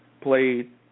played